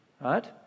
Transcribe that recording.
Right